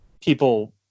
people